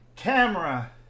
Camera